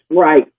right